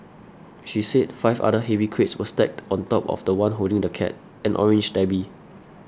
she said five other heavy crates were stacked on top of the one holding the cat an orange tabby